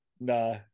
Nah